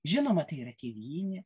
žinoma tai yra tėvynė